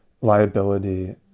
liability